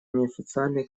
неофициальные